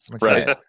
Right